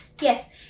yes